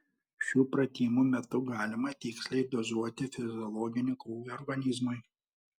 šių pratimų metu galima tiksliai dozuoti fiziologinį krūvį organizmui